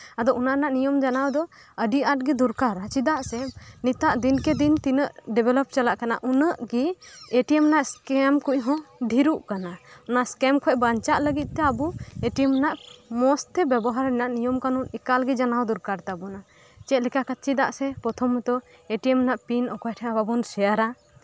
ᱟᱫᱚ ᱚᱱᱟ ᱨᱮᱱᱟᱜ ᱱᱤᱭᱚᱢ ᱡᱟᱱᱟᱣ ᱫᱚ ᱟᱹᱰᱤ ᱟᱸᱴ ᱜᱮ ᱫᱚᱨᱠᱟᱨᱟ ᱪᱮᱫᱟᱜ ᱥᱮ ᱱᱮᱛᱟᱨ ᱛᱤᱱᱟᱹᱜ ᱫᱤᱱᱠᱮ ᱫᱤᱱ ᱛᱤᱱᱟᱹᱜ ᱰᱮᱵᱷᱞᱚᱯ ᱪᱟᱞᱟᱜ ᱠᱟᱱᱟ ᱩᱱᱟᱹᱜ ᱜᱮ ᱮ ᱴᱤ ᱮᱢ ᱨᱮᱭᱟᱜ ᱥᱠᱮᱢ ᱠᱷᱚᱱ ᱦᱚᱸ ᱰᱷᱤᱨᱚᱜ ᱠᱟᱱᱟ ᱱᱚᱣᱟ ᱥᱠᱮᱢ ᱠᱷᱚᱱ ᱵᱟᱧᱪᱟᱜ ᱞᱟᱹᱜᱤᱫ ᱛᱮ ᱟᱵᱚ ᱮ ᱴᱤ ᱮᱢ ᱨᱮᱱᱟᱜ ᱢᱚᱸᱡᱛᱮ ᱵᱮᱵᱚᱦᱟᱨ ᱨᱮᱱᱟᱜ ᱱᱤᱭᱚᱢ ᱠᱟᱱᱩᱱ ᱮᱠᱟᱞ ᱜᱮ ᱡᱟᱱᱟᱣ ᱫᱚᱨᱠᱟᱨ ᱛᱟᱵᱳᱱᱟ ᱪᱮᱫᱟᱜ ᱥᱮ ᱯᱨᱚᱛᱷᱚᱢᱚᱛᱚ ᱮ ᱴᱤ ᱮᱢ ᱨᱮᱭᱟᱜ ᱯᱤᱱ ᱚᱠᱚᱭ ᱴᱷᱮᱡ ᱦᱚᱸ ᱵᱟᱵᱚ ᱥᱮᱭᱟᱨᱟ